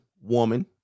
woman